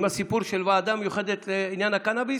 עם הסיפור של ועדה מיוחדת לעניין הקנביס,